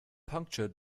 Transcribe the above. puncture